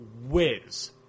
whiz